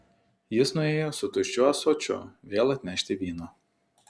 jis nuėjo su tuščiu ąsočiu vėl atnešti vyno